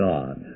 God